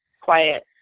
quiet